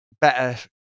better